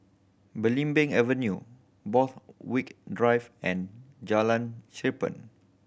Belimbing Avenue Borthwick Drive and Jalan Cherpen